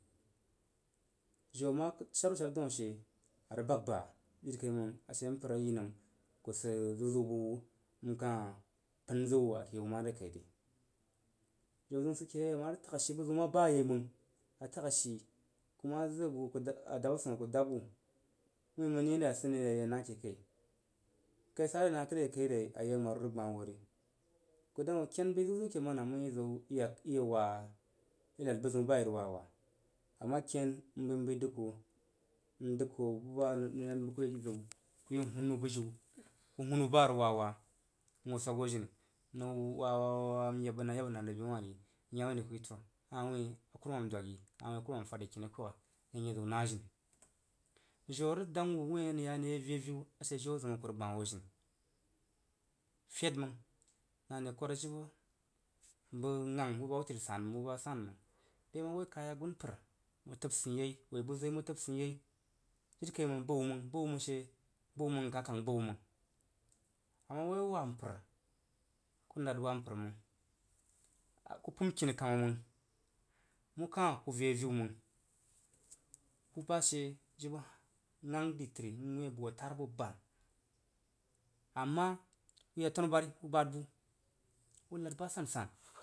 Jau ma shad wu shar daun ash arda bag ba jirika məg ku sid ziu ziu bəswu n kah pən zəg wu a yan mare kai. Jau zəun sidkeye ama rəg tagashii, ma rəg tesashi səzəu ma bam ku ma zəg adab swoh mma dab wu, wuin məng here? A sid ni re? A ye na ke kai kuyi kai sari na kəd re re kaire? A yi amaru rəg gbah wo ri, ku dong wuin ken bəi ziuziu ke mana nyəng i ziw iyak iyewaa inad bəzəun ba i rəg wawaa a ma ken m bəi mbəi dəg ku n dəg ku buba a nən, nəng bəgye ziw, ku hun wu bujiu ku hun wu bu bu a rəg wawa, n hoo swag wo jini nəng waa wa'a wa'a n yep bənəng a yep nəng re bewah ri n yemah ri ku yi twah a han wuin kurumam dwag yi, a hah wui a kurumam fad yi kini akuagh nəng ya nye zəu nah jini. Jan arəg ya n ye zəu nah jini. Jau a rəg demg wu wuin a nəng yak anəng ye vi aviu ashe jan a zim a ku rəg gbah wo jini. Fed məg nan re kwar jibə bəs gong bu ba hub təri sanməg bu ba san məng. Jibə wuin woi kaya agunpəru təb tsein yei woi bəg zo məg u təb tsein yei jirikai məg bəwuməg bəwuməg she nkah kan bə wu məg ama woi wa'mpərku nad wa mpər məng, ku pəm kini kamah məng. mu kah ku vi aviu məng bu bashe jibe gang dri təri wuin abəs hoo tar bo bon. Ama uya tanubari ubad bo unadba sansan.